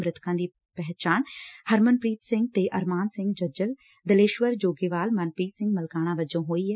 ਮ੍ਰਿਤਕਾ ਦੀ ਪਛਾਣ ਹਰਮਨਪ੍ਰੀਤ ਸਿੰਘ ਤੇ ਅਰਮਾਨ ਸਿੰਘ ਜੱਜਲ ਦਲੇਸ਼ਵਰ ਜੋਗੇਵਾਲਾ ਮਨਪ੍ਰੀਤ ਸਿੰਘ ਮਲਕਾਣਾ ਵਜੋਂ ਹੋਈ ਐ